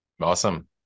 Awesome